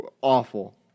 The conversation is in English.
awful